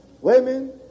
women